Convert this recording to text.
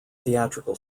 theatrical